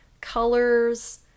colors